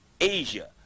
Asia